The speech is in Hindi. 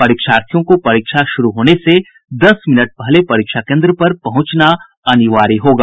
परीक्षार्थियों को परीक्षा शुरू होने से दस मिनट पहले परीक्षा केन्द्र पर पहुंचना अनिवार्य होगा